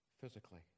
physically